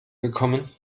bekommen